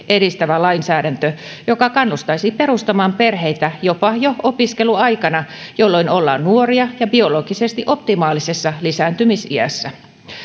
edistävä lainsäädäntö joka kannustaisi perustamaan perheitä jopa jo opiskeluaikana jolloin ollaan nuoria ja biologisesti optimaalisessa lisääntymisiässä